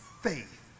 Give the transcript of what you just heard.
faith